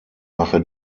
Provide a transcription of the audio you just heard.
mache